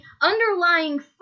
underlying